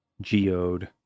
geode